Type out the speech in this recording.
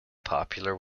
popular